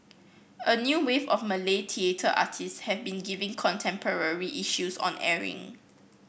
a new wave of Malay theatre artist have been giving contemporary issues on airing